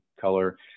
color